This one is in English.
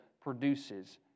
produces